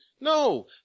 No